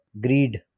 greed